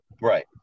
right